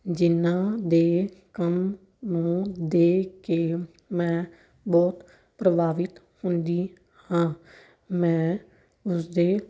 ਜਿਨ੍ਹਾਂ ਦੇ ਕੰਮ ਨੂੰ ਦੇਖ ਕੇ ਮੈਂ ਬਹੁਤ ਪ੍ਰਭਾਵਿਤ ਹੁੰਦੀ ਹਾਂ ਮੈਂ ਉਸਦੇ